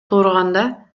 турганда